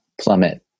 plummet